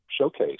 showcase